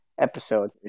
episode